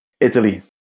Italy